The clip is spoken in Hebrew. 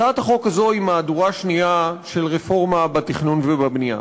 הצעת החוק הזו היא מהדורה שנייה של רפורמה בתכנון ובבנייה.